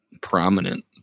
prominent